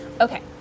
Okay